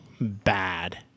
bad